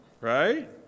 Right